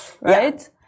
Right